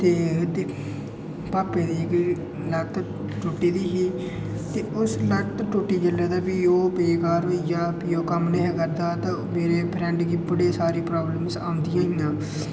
ते नुहाड़े भापै दी इक लत्त टुट्टी दी ही ते उस लत्त टुट्टी जेल्लै भी ओह् बेकार होई गेआ ओह् कम्म निं हा करदा ते मेरे फ्रैंड गी बड़ी सारी प्राब्लमां आंदियां हियां